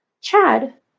Chad